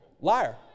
Liar